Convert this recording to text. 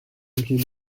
leading